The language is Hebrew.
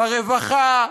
ברווחה,